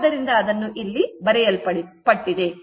ಆದ್ದರಿಂದ ಅದು ಇಲ್ಲಿ ಬರೆಯಲ್ಪಟ್ಟಿದೆ